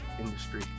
industry